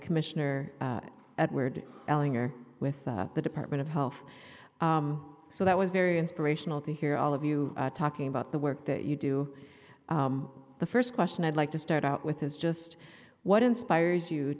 commissioner at wired with the department of health so that was very inspirational to hear all of you talking about the work that you do the first question i'd like to start out with is just what inspires you